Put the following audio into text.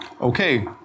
Okay